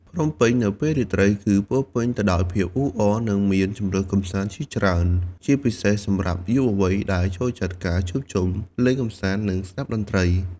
ភ្នំពេញនៅពេលរាត្រីគឺពោរពេញទៅដោយភាពអ៊ូអរ និងមានជម្រើសកម្សាន្តជាច្រើន ជាពិសេសសម្រាប់យុវវ័យដែលចូលចិត្តការជួបជុំ លេងកម្សាន្ត និងស្តាប់តន្ត្រី។